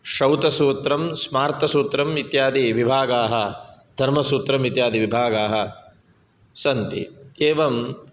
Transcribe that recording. श्रौतसूत्रं स्मार्तसूत्रम् इत्यादि विभागाः धर्मसूत्रम् इत्यादि विभागाः सन्ति एवं